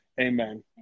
Amen